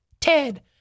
Ted